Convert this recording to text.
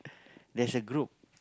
there's a group